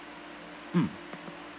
mm